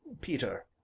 Peter